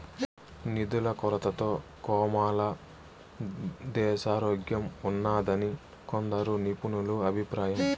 నిధుల కొరతతో కోమాలో దేశారోగ్యంఉన్నాదని కొందరు నిపుణుల అభిప్రాయం